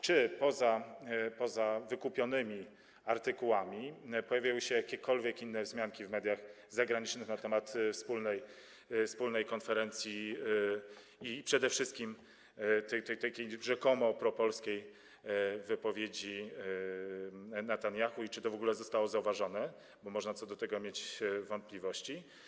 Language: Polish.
Czy poza wykupionymi artykułami pojawiały się jakiekolwiek inne wzmianki w mediach zagranicznych na temat wspólnej konferencji i przede wszystkim tej rzekomo propolskiej wypowiedzi Netanjahu i czy to w ogóle zostało zauważone, bo można co do tego mieć wątpliwości?